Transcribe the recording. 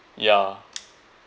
ya